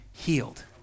healed